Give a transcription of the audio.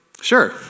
sure